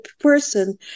person